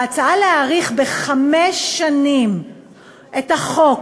בהצעה להאריך בחמש שנים את תוקף החוק,